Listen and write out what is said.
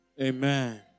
Amen